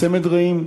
צמד רעים.